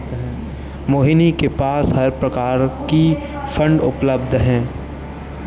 मोहिनी के पास हर प्रकार की फ़ंड उपलब्ध है